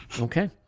Okay